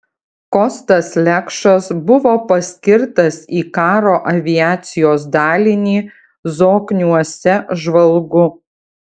kostas lekšas buvo paskirtas į karo aviacijos dalinį zokniuose žvalgu